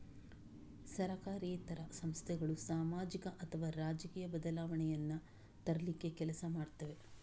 ಸರಕಾರೇತರ ಸಂಸ್ಥೆಗಳು ಸಾಮಾಜಿಕ ಅಥವಾ ರಾಜಕೀಯ ಬದಲಾವಣೆಯನ್ನ ತರ್ಲಿಕ್ಕೆ ಕೆಲಸ ಮಾಡ್ತವೆ